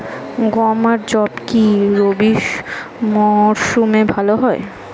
গম আর যব কি রবি মরশুমে ভালো হয়?